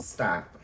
Stop